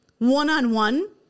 one-on-one